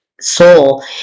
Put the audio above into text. soul